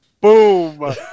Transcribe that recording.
boom